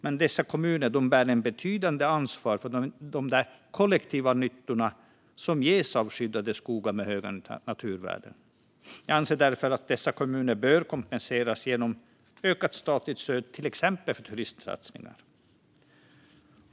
Men dessa kommuner bär ett betydande ansvar för de kollektiva nyttorna som ges av skyddade skogar med höga naturvärden. Jag anser därför att dessa kommuner bör kompenseras genom ökat statligt stöd, till exempel för turistsatsningar.